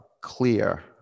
clear